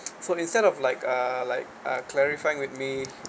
so instead of like uh like uh clarifying with me